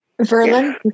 Verlin